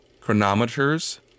chronometers